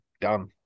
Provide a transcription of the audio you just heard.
Done